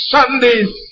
Sunday's